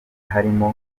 harimo